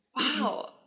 wow